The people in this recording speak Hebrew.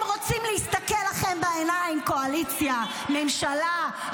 הם רוצים להסתכל לכם בעיניים, קואליציה, ממשלה.